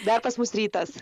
dar pas mus rytas